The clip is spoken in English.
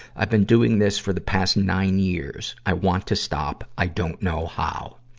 i've been doing this for the past nine years. i want to stop. i don't know how.